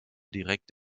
direkt